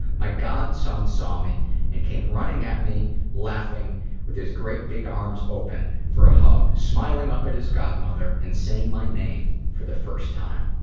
my godson saw me and came running at me laughing with his great big arms open for a hug, smiling up at his godmother and saying my name for the first time.